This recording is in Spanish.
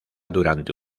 durante